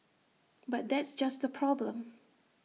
but that's just the problem